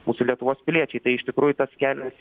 mūsų lietuvos piliečiai tai iš tikrųjų tas kelias